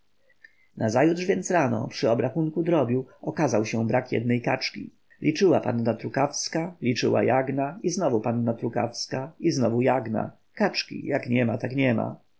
nazajutrz więc rano przy obrachunku drobiu okazał się brak jednej kaczki liczyła panna trukawska liczyła jagna i znów panna trukawska i znów jagna kaczki jak niema tak niema